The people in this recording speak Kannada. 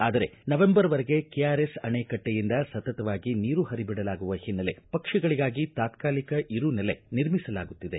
ಆದರೆ ನವೆಂಬರ್ ವರೆಗೆ ಕೆಆರ್ಎಸ್ ಅಣೆಕಟ್ಟೆಯಿಂದ ಸತತವಾಗಿ ನೀರು ಪರಿ ಬಿಡಲಾಗುವ ಹಿನ್ನೆಲೆ ಪಕ್ಷಿಗಳಿಗಾಗಿ ತಾತ್ಕಾಲಿಕ ಇರು ನೆಲೆ ನಿರ್ಮಿಸಲಾಗುತ್ತಿದೆ